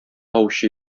аучы